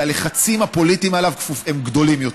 שהלחצים הפוליטיים עליו הם גדולים יותר.